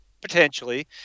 potentially